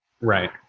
Right